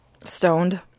stoned